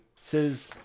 says